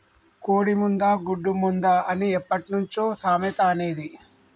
కోడి ముందా, గుడ్డు ముందా అని ఎప్పట్నుంచో సామెత అనేది